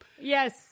Yes